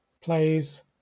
plays